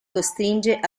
costringe